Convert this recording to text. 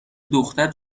دختر